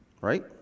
Right